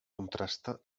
contrasta